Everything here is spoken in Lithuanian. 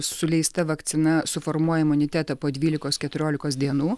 suleista vakcina suformuoja imunitetą po dvylikos keturiolikos dienų